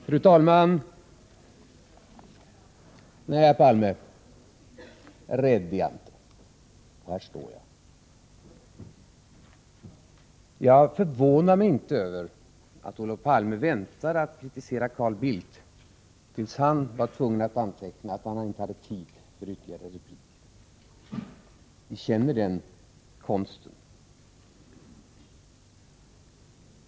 Fru talman! Nej, herr Palme, rädd är jag inte — här står jag. Jag förvånar mig inte över att Olof Palme väntade med att kritisera Carl Bildt till dess han inte hade rätt till ytterligare replik. Vi känner den konsten.